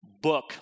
book